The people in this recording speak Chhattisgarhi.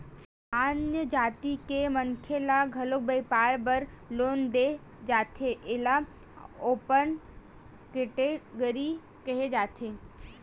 सामान्य जाति के मनखे ल घलो बइपार बर लोन दे जाथे एला ओपन केटेगरी केहे जाथे